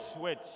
wait